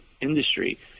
industry